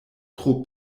tro